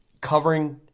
covering